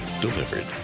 delivered